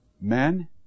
Men